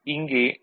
இங்கே டி